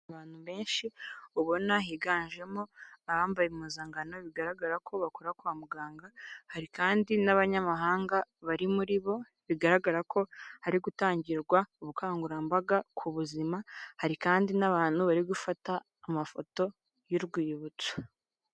Ahantu benshi ubona higanjemo abambaye impuzangano bigaragara ko bakora kwa muganga, hari kandi n'abanyamahanga bari muri bo bigaragara ko hari gutangirwa ubukangurambaga ku buzima, hari kandi n'abantu bari gufata amafoto y'urwibutso.